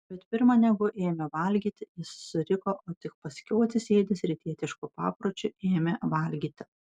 bet pirma negu ėmė valgyti jis suriko o tik paskiau atsisėdęs rytietišku papročiu ėmė valgyti